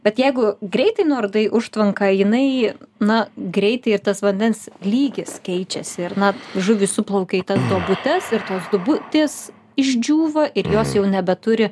bet jeigu greitai nuardai užtvanką jinai na greitai ir tas vandens lygis keičiasi ir na žuvys suplaukia į tas duobutes ir tos duobutės išdžiūva ir jos jau nebeturi